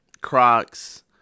Crocs